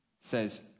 says